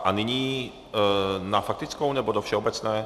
A nyní na faktickou, nebo do všeobecné?